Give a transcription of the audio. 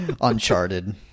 Uncharted